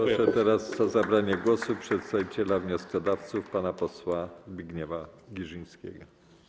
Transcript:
Proszę teraz o zabranie głosu przedstawiciela wnioskodawców pana posła Zbigniewa Girzyńskiego.